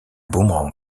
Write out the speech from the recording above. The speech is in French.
boomerang